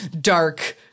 dark